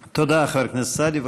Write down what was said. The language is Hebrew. תודה, חבר הכנסת סעדי.